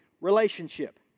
relationship